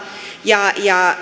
ja